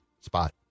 spot